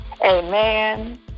Amen